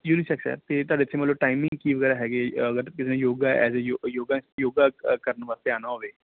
unisex ਹੈ ਅਤੇ ਤੁਹਾਡੇ ਇੱਥੇ ਮਤਲਬ ਟਾਈਮਿੰਗ ਕੀ ਵਗੈਰਾ ਹੈਗੇ ਹੈ ਅਗਰ ਕਿਸੇ ਨੇ ਯੋਗਾ ਐਜ ਏ ਯੋ ਯੋਗਾ ਯੋਗਾ ਕਰਨ ਵਾਸਤੇ ਆਉਣਾ ਹੋਵੇ